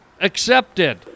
accepted